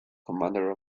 commander